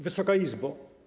Wysoka Izbo!